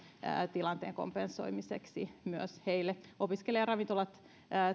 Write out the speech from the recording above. tilanteen kompensoimiseksi myös heille opiskelijaravintolat